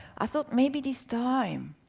i thought, maybe this time,